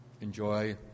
enjoy